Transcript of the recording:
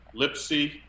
Lipsy